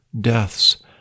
deaths